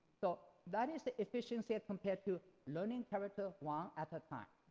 so that is the efficiency compared to learning characters one at a time,